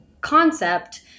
concept